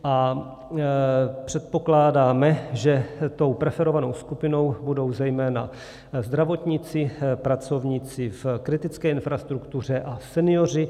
A předpokládáme, že tou preferovanou skupinou budou zejména zdravotníci, pracovníci v kritické infrastruktuře a senioři.